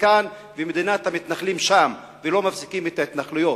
כאן ומדינת המתנחלים שם ולא מפסיקים את ההתנחלויות.